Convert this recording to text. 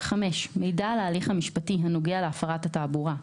(5)מידע על ההליך המשפטי הנוגע להפרת התעבורה,